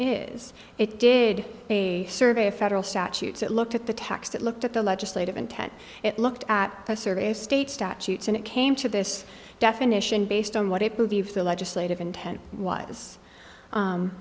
is it did a survey of federal statutes it looked at the tax it looked at the legislative intent it looked at a survey of state statutes and it came to this definition based on what i believe the legislative intent was